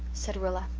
said rilla.